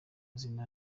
zine